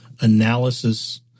analysis